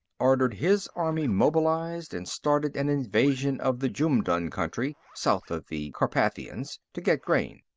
ordered his army mobilized and started an invasion of the jumdun country, south of the carpathians, to get grain.